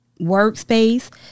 workspace